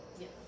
Yes